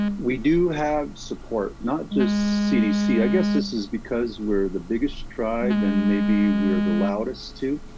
we do have support, not just cdc i guess this is because, we're the biggest tribe, and maybe, we are the loudest, too.